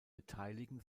beteiligen